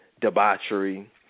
debauchery